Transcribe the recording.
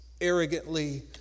arrogantly